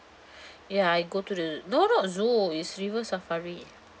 ya I go to the no not zoo is river safari